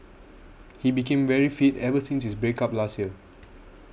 he became very fit ever since his break up last year